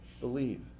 believe